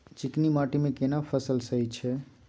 चिकनी माटी मे केना फसल सही छै?